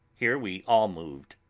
here we all moved,